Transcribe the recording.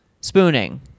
Spooning